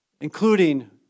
Including